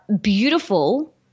beautiful